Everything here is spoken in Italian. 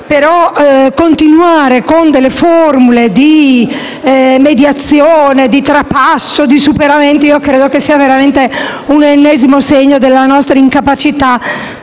Continuare però con formule di mediazione, di trapasso e di superamento, credo sia veramente l'ennesimo segno della nostra incapacità